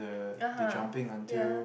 (uh huh) ya